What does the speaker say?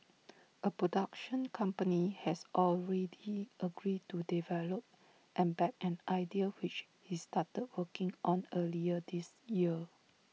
A production company has already agreed to develop and back an idea which he started working on earlier this year